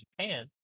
Japan